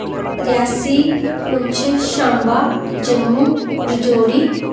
Reasi Poonch Samba Jammu Rajouri